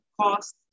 cost